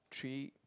three